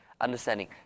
understanding